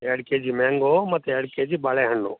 ಎರಡು K G mango ಮತ್ತು ಎರಡು ಕೆ ಜಿ ಬಾಳೆಹಣ್ಣು